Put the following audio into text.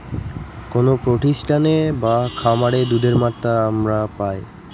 কোনো প্রতিষ্ঠানে বা খামারে দুধের মাত্রা আমরা পাই